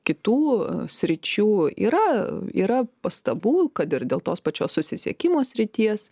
kitų sričių yra yra pastabų kad ir dėl tos pačios susisiekimo srities